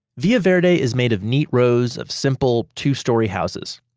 villa verde is made of neat rows of simple two-story houses.